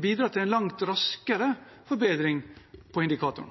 bidra til en langt raskere forbedring på indikatoren.